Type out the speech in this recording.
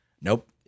Nope